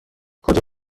کجا